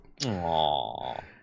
Aww